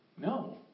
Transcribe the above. No